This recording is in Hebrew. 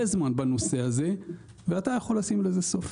זמן בנושא הזה ואתה יכול לשים לזה סוף.